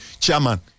chairman